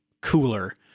cooler